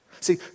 See